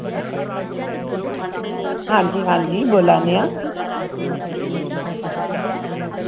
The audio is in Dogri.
हांजी हांजी बोल्ला ने आं